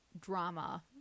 drama